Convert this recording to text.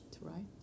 right